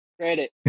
credit